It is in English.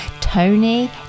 Tony